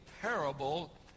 parable